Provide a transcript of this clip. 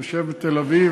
הוא יושב בתל-אביב,